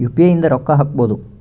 UPI ಇಂದ ರೊಕ್ಕ ಹಕ್ಬೋದು